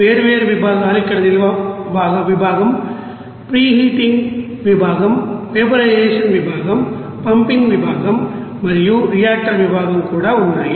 వేర్వేరు విభాగాలు ఇక్కడ నిల్వ విభాగం ప్రీహీటింగ్ విభాగంవేపర్ఐజేషన్ విభాగం పంపింగ్ విభాగం మరియు రియాక్టర్ విభాగం కూడా ఉన్నాయి